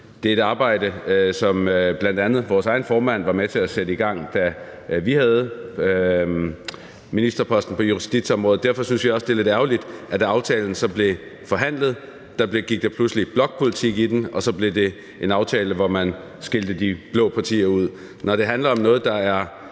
Det er et arbejde, som bl.a. vores egen formand var med til at sætte i gang, da vi havde ministerposten på justitsområdet. Derfor synes vi også, det er lidt ærgerligt, at da aftalen så blev forhandlet, gik der pludselig blokpolitik i den, og så blev det en aftale, hvor man skilte de blå partier ud. Når det handler om noget, der er